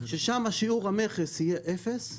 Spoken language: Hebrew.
ושם שיעור המכס יהיה אפס.